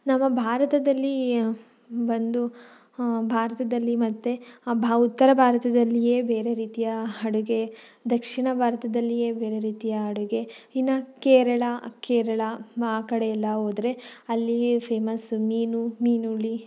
ನಮ್ಮ ಭಾರತದಲ್ಲಿ ಬಂದು ಭಾರತದಲ್ಲಿ ಮತ್ತು ಉತ್ತರ ಭಾರತದಲ್ಲಿಯೇ ಬೇರೆ ರೀತಿಯ ಅಡುಗೆ ದಕ್ಷಿಣ ಭಾರತದಲ್ಲಿಯೇ ಬೇರೆ ರೀತಿಯ ಅಡುಗೆ ಇನ್ನು ಕೇರಳ ಕೇರಳ ಆ ಕಡೆ ಎಲ್ಲ ಹೋದ್ರೆ ಅಲ್ಲಿಯೇ ಫೇಮಸ್ ಮೀನು ಮೀನುಹುಳಿ